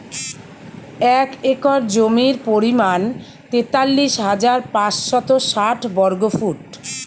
এক একর জমির পরিমাণ তেতাল্লিশ হাজার পাঁচশত ষাট বর্গফুট